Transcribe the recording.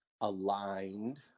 aligned